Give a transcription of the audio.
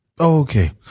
Okay